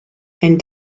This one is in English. and